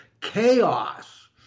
chaos